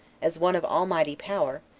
as one of almighty power,